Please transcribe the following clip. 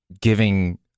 giving